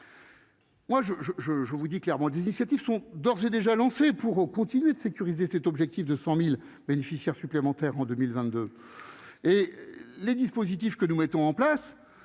je, je vous dis clairement d'initiatives sont d'ores et déjà lancée pour continuer de sécuriser cet objectif de 100000 bénéficiaires supplémentaires en 2000 22 et les dispositifs que nous mettons en place,